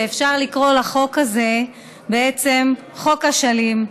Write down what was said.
אפשר לקרוא לחוק הזה בעצם חוק אשלים,